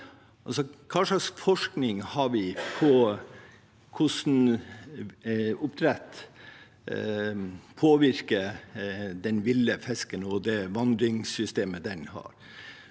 Hva slags forskning har vi på hvordan oppdrett påvirker den ville fisken og vandringssystemet den har?